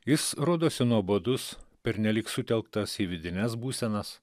jis rodosi nuobodus pernelyg sutelktas į vidines būsenas